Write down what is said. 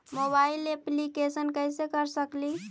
Mobile application कैसे कर सकेली?